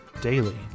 Daily